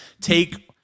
take